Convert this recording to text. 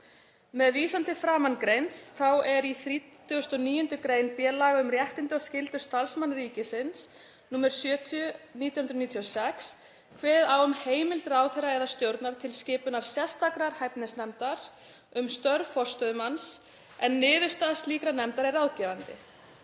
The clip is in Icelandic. Með vísan til framangreinds þá er í 39. gr. b laga um réttindi og skyldur starfsmanna ríkisins, nr. 70/1996, kveðið á um heimild ráðherra eða stjórnar til skipunar sérstakrar hæfnisnefndar um störf forstöðumanns en niðurstaða slíkrar nefndar er ráðgefandi.